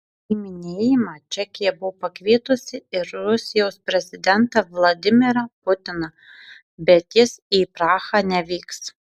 į minėjimą čekija buvo pakvietusi ir rusijos prezidentą vladimirą putiną bet jis į prahą nevyks